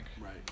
right